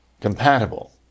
compatible